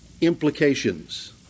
Implications